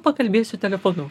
pakalbėsiu telefonu